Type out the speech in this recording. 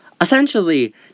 essentially